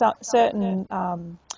certain